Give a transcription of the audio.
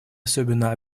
особенно